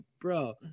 bro